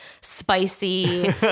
spicy